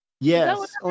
Yes